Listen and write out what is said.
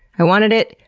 i wanted it,